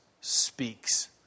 speaks